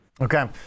Okay